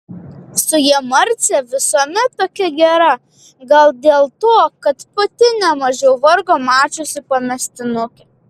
su ja marcė visuomet tokia gera gal dėl to kad pati nemažiau vargo mačiusi pamestinukė